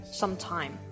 sometime